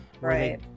right